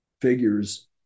figures